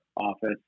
Office